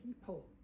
people